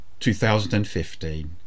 2015